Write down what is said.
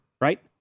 right